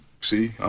see